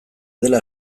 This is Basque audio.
dela